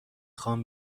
خوام